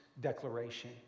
declaration